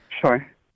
Sure